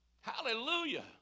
Hallelujah